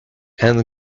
ann